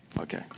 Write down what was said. Okay